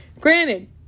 granted